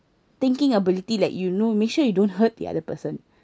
thinking ability like you know make sure you don't hurt the other person